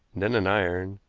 then an iron,